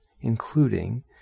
including